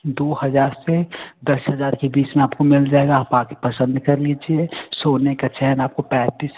दो हजार से दस हजार के बीच मे आपको मिल जाएगा आप आ के पसंद कर लीजिए सोने का चैन आपको पैंतीस